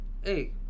hey